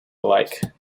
alike